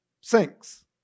sinks